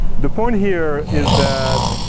the point here is that